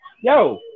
Yo